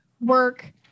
work